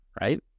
right